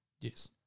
Yes